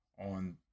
on